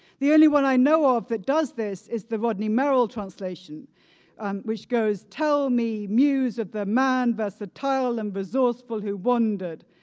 the only one i know of that does this is the rodney merrill translation which goes, tell me muse of the man versatile and resourceful who wondered.